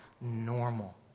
normal